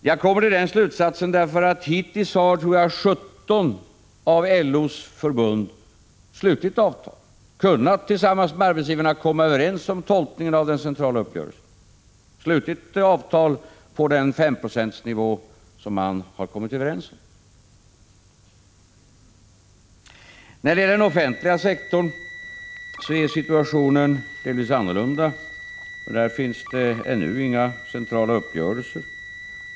Jag kommer till den slutsatsen därför att hittills 17 av LO:s förbund har slutit avtal. De har tillsammans med arbetsgivarna kunnat enas om tolkningen av den centrala uppgörelsen och slutit avtal på den 5-procentsnivå som de kommit överens om. Situationen på den offentliga sektorn är delvis annorlunda. Där finns det ännu inte centrala uppgörelser.